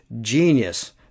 genius